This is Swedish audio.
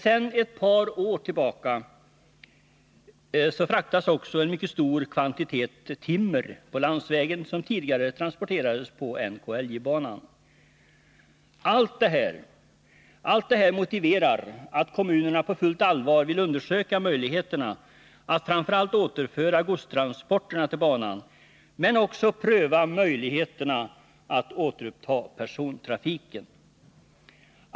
Sedan ett par år tillbaka fraktas på landsvägen också en mycket stor kvantitet timmer som tidigare transporterades på NKLJ-banan. Allt detta motiverar att kommunerna på fullt allvar vill undersöka möjligheterna att framför allt återföra godstransporterna till banan men också pröva möjligheterna att återuppta persontrafiken.